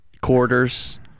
Quarters